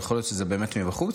יכול להיות שזה באמת מבחוץ?